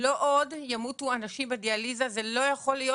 לא עוד ימותו אנשים בדיאליזה, זה לא יכול להיות.